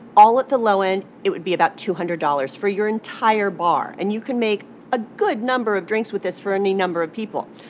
at the low end, it would be about two hundred dollars for your entire bar. and you can make a good number of drinks with this for any number of people.